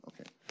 Okay